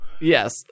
Yes